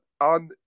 on